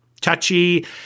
touchy